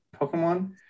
Pokemon